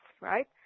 right